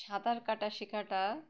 সাঁতার কাটা শেখাটা